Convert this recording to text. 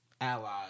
allies